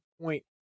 point